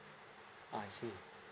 ah I see